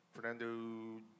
Fernando